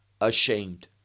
ashamed